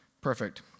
Perfect